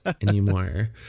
anymore